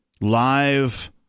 live